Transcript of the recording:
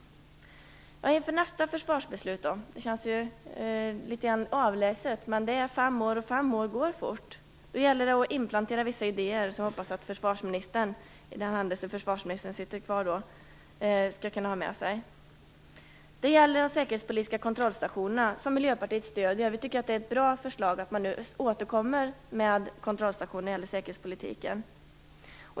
Inför nästa försvarsbeslut - det känns litet avlägset, det är fem år, men fem år går fort - gäller det att inplantera vissa idéer som jag hoppas att försvarsministern, i den händelse försvarsministern sitter kvar då, skall kunna ha med sig.De säkerhetspolitiska kontrollstationerna är ett bra förslag, som Miljöpartiet stöder. Det är bra att man återkommer med kontrollstationer i säkerhetspolitiken.